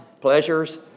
pleasures